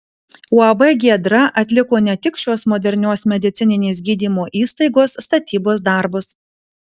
uab giedra atliko ne tik šios modernios medicininės gydymo įstaigos statybos darbus